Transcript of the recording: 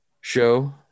show